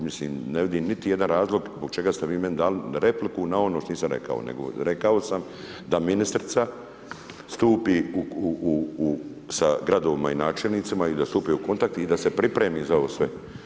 Mislim ne vidim niti jedan razlog, zbog čega ste vi meni dali repliku na ono što nisam rekao, nego rekao sam da ministrica stupi u sa gradovima i načelnicima i da stupi u kontakt i da se pripremi za ovo sve.